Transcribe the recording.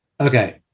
Okay